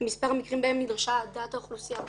מספר המקרים שבהם נדרשה העדת האוכלוסייה בזנות.